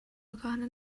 آگاهانه